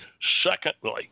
Secondly